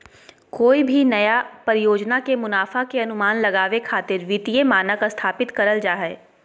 कोय भी नया परियोजना के मुनाफा के अनुमान लगावे खातिर वित्तीय मानक स्थापित करल जा हय